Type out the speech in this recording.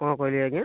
କଣ କହିଲେ ଆଜ୍ଞା